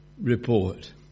report